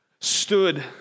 stood